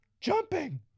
jumping